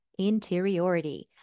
interiority